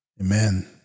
Amen